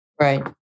Right